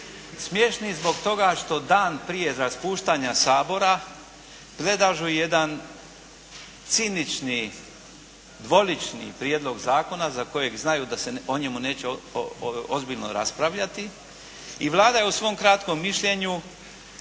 Smiješni zbog toga što dan prije raspuštanja Sabora predlažu jedan cinični, dvolični prijedlog zakona za kojeg znaju da se o njemu neće ozbiljno raspravljati i Vlada je u svom kratkom mišljenju